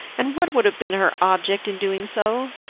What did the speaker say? and what would have been her object in doing so!